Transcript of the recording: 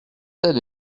tel